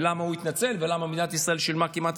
למה הוא התנצל ולמה מדינת ישראל שילמה כמעט